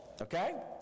Okay